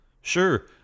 Sure